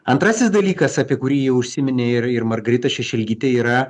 antrasis dalykas apie kurį jau užsiminė ir ir margarita šešelgytė yra